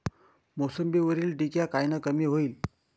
मोसंबीवरील डिक्या कायनं कमी होईल?